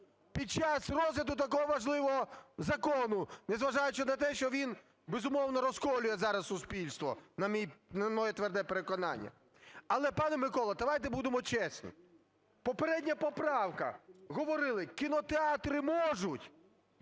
під час розгляду такого важливого закону, незважаючи на те, що він, безумовно, розколює зараз суспільство, на мій… на моє тверде переконання. Але, пане Миколо, давайте будемо чесні. Попередня поправка. Говорили: кінотеатри можуть